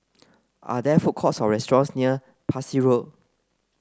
are there food courts or restaurants near Parsi Road